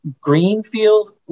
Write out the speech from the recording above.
greenfield